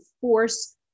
force